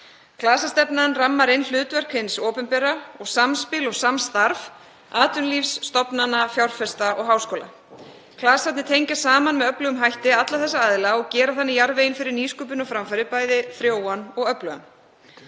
Klasastefnan rammar inn hlutverk hins opinbera og samspil og samstarf atvinnulífs, stofnana, fjárfesta og háskóla. Klasarnir tengja saman með öflugum hætti alla þessa aðila og gera þannig jarðveginn fyrir nýsköpun og framfarir bæði frjóan og öflugan.